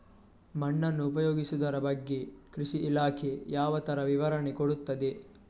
ಮಣ್ಣನ್ನು ಉಪಯೋಗಿಸುದರ ಬಗ್ಗೆ ಕೃಷಿ ಇಲಾಖೆ ಯಾವ ತರ ವಿವರಣೆ ಕೊಡುತ್ತದೆ?